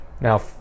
Now